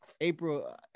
April